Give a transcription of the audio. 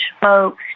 folks